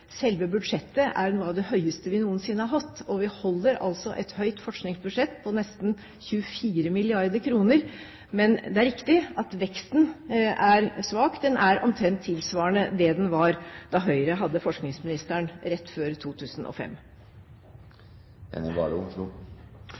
Selve budsjettet er noe av det høyeste vi noensinne har hatt, og vi holder altså et høyt forskningsbudsjett, på nesten 24 mrd. kr. Men det er riktig at veksten er svak, den er omtrent tilsvarende det den var da Høyre hadde forskningsministeren rett før 2005.